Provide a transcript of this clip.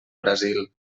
brasil